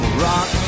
rock